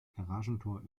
garagentor